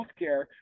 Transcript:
healthcare